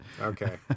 Okay